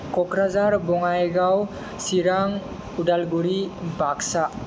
Kokrajhar Bongaigaon Chirang Udalguri Baksa